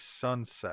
sunset